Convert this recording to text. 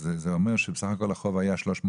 אז זה אומר שבסך הכול החוב היה 300 שקל.